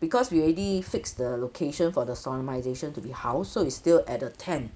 because we already fixed the location for the solemnisation to be house so it's still at a ten